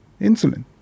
insulin